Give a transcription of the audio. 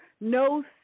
no